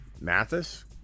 Mathis